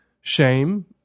shame